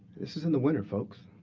this is in the winter, folks.